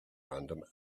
random